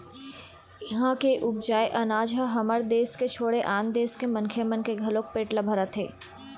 इहां के उपजाए अनाज ह हमर देस के छोड़े आन देस के मनखे मन के घलोक पेट ल भरत हे